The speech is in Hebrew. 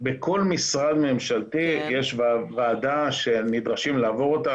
בכל משרד משלתי יש ועדה שנדרשים לעבור אותה,